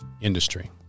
industry